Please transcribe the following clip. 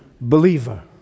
believer